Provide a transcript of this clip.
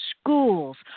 schools